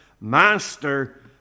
Master